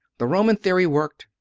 the roman theory worked,